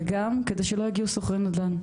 וגם כדי שלא יגיעו סוחרי נדל"ן,